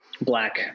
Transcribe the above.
Black